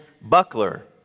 buckler